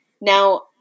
Now